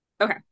Okay